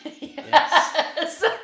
yes